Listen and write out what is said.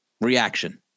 Reaction